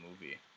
movie